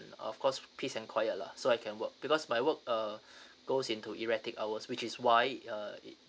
of course peace and quiet lah so I can work because my work uh goes into erratic hours which is why uh it